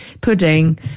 pudding